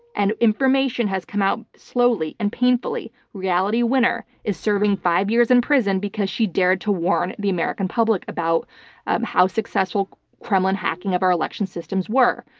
and information has come out slowly and painfully. reality winner is serving five years in prison because she dared to warn the american public about how successful kremlin hacking of our election systems were,